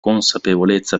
consapevolezza